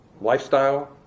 lifestyle